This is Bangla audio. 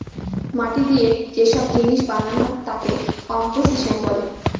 মাটি দিয়ে যে সব জিনিস বানানো তাকে কম্পোসিশন বলে